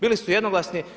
Bili su jednoglasni.